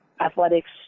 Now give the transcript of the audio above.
athletics